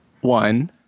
one